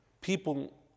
people